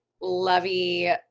lovey